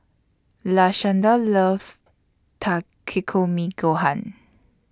Lashanda loves Takikomi Gohan